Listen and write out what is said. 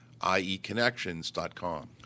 ieconnections.com